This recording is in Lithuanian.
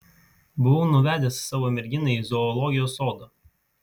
buvau nuvedęs savo merginą į zoologijos sodą